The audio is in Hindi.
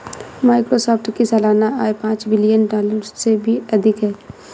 माइक्रोसॉफ्ट की सालाना आय पांच बिलियन डॉलर से भी अधिक है